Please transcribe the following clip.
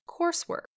coursework